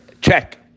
Check